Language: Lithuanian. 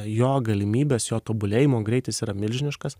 jo galimybės jo tobulėjimo greitis yra milžiniškas